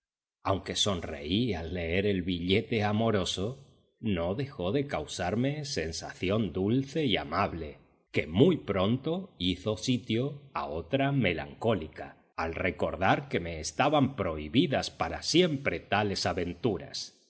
aunque sonreí al leer el billete amoroso no dejó de causarme sensación dulce y amable que muy pronto hizo sitio a otra melancólica al recordar que me estaban prohibidas para siempre tales aventuras